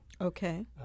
Okay